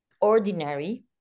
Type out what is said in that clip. ordinary